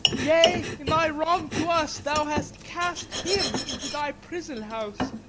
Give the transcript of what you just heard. yea, in thy wrong to us, thou hast cast him into thy prison-house!